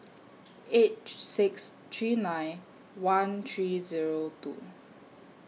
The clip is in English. eight six three nine one three Zero two